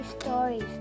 stories